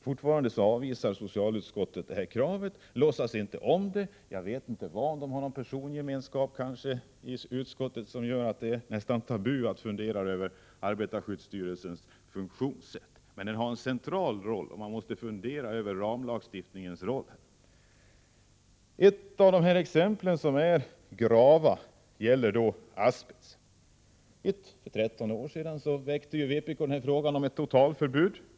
Fortfarande avvisar socialutskottet detta krav och låtsas inte om det. Jag vet inte om det förekommer någon persongemenskap inom utskottet vilken gör att det är nästan tabu att fundera över arbetarskyddsstyrelsens funktionssätt. Detta krav har dock en central betydelse, och man måste i detta sammanhang också fundera över ramlagstiftningens roll. Ett av de grava exemplen på det här området är användningen av asbest. Vpk krävde för 13 år sedan ett totalförbud mot asbest.